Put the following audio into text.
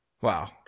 Wow